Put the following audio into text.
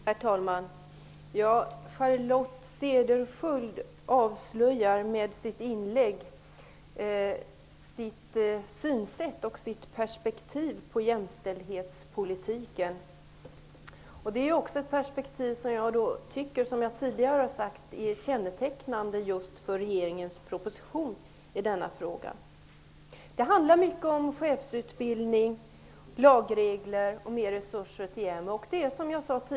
Herr talman! Charlotte Cederschöld avslöjar med sitt inlägg sitt synsätt och sitt perspektiv på jämställdhetspolitiken. Det perspektivet är, som jag tidigare sagt, kännetecknande just för regeringens proposition i denna fråga. Det handlar mycket om chefsutbildning, lagregler och mer resurser.